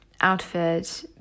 outfit